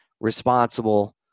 responsible